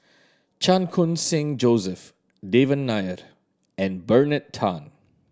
Chan Khun Sing Joseph Devan Nair and Bernard Tan